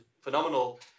phenomenal